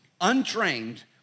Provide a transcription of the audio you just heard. untrained